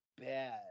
bad